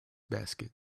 basket